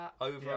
over